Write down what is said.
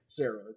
steroids